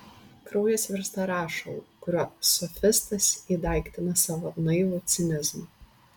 kraujas virsta rašalu kuriuo sofistas įdaiktina savo naivų cinizmą